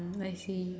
I see